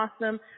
awesome